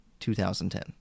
2010